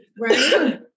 right